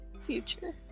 future